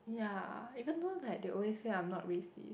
ya even though like they always say I'm not racist